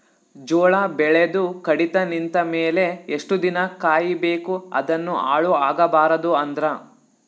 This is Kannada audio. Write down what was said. ಜೋಳ ಬೆಳೆದು ಕಡಿತ ನಿಂತ ಮೇಲೆ ಎಷ್ಟು ದಿನ ಕಾಯಿ ಬೇಕು ಅದನ್ನು ಹಾಳು ಆಗಬಾರದು ಅಂದ್ರ?